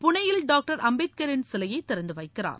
புனேயில் டாக்டர் அம்பேத்கரின் சிலையை திறந்து வைக்கிறார்